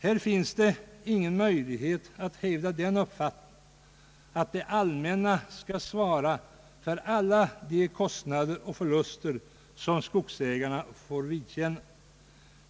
Här finns det ingen möjlighet att hävda den uppfattningen att det allmänna skall svara för alla de kostnader och förluster som skogsägarna får vidkännas.